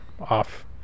off